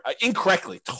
incorrectly